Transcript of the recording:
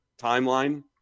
timeline